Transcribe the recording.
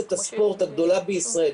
אפליקציית הספורט הגדולה בישראל,